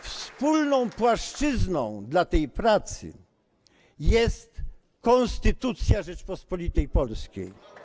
Wspólną płaszczyzną tej pracy jest Konstytucja Rzeczypospolitej Polskiej.